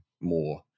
more